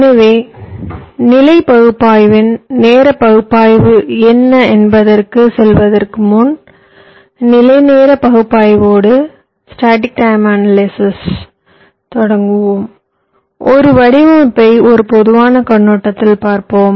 எனவேநிலை பகுப்பாய்வின் நேர பகுப்பாய்வு என்ன என்பதற்குச் செல்வதற்கு முன் நிலை நேர பகுப்பாய்வோடு தொடங்குவோம் ஒரு வடிவமைப்பை ஒரு பொதுவான கண்ணோட்டத்தில் பார்ப்போம்